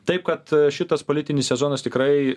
taip kad šitas politinis sezonas tikrai